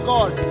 God